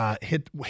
hit